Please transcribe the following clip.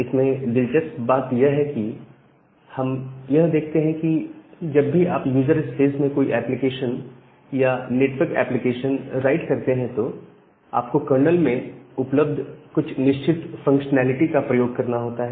इसमें दिलचस्प बात यह है कि हम यह देखते हैं कि जब भी आप यूजर स्पेस में कोई एप्लीकेशन या नेटवर्क एप्लीकेशन राइट करते हैं तो आपको कर्नल में उपलब्ध कुछ निश्चित फंक्शनैलिटी का प्रयोग करना होता है